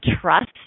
trust